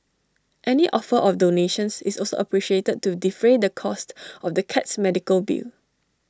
any offer of donations is also appreciated to defray the costs of the cat's medical bill